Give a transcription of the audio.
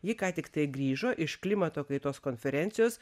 ji ką tiktai grįžo iš klimato kaitos konferencijos